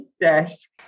desk